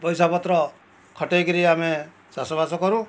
ପଇସାପତ୍ର ଖଟାଇ କରି ଆମେ ଚାଷବାସ କରୁ